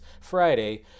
Friday